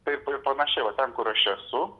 taip ir panašiai vat ten kur aš esu